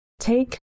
take